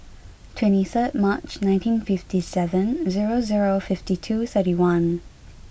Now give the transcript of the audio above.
two third March nineteen fifty seven zero zero fifty two thirty one